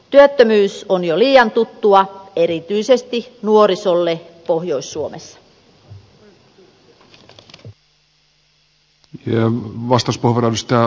työttömyys on jo liian tuttua erityisesti nuorisolle pohjois suomessa